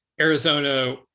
Arizona